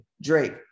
Drake